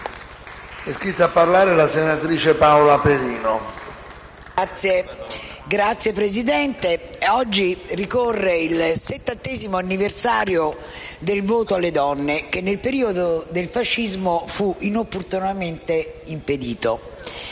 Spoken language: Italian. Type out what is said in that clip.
Signor Presidente, oggi ricorre il settantesimo anniversario del voto alle donne che, nel periodo del fascismo, fu inopportunamente impedito.